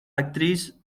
actriz